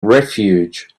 refuge